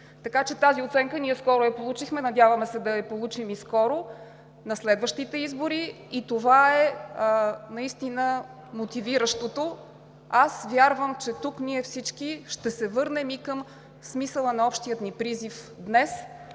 Тази оценка ние скоро я получихме. Надяваме се да я получим и на следващите избори. Това е наистина мотивиращото. Аз вярвам, че тук ние всички ще се върнем и към смисъла на общия ни призив днес